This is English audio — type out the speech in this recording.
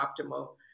optimal